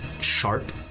sharp